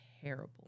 terrible